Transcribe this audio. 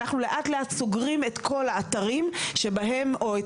אנחנו לאט לאט סוגרים את כל האתרים או את